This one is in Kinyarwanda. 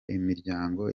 imiryango